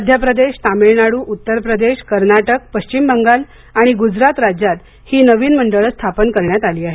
मध्यप्रदेश तामिळनाडू उत्तर प्रदेश कर्नाटक पश्चिम बंगाल आणि गुजरात राज्यात ही नवीन मंडळे स्थापन करण्यात आली आहेत